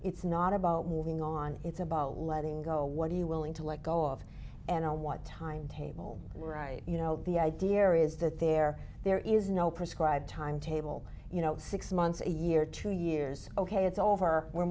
it's not about moving on it's about letting go what are you willing to let go of and on what timetable and right you know the idea is that there there is no prescribed timetable you know six months a year two years ok it's over we're